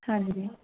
ਹਾਂਜੀ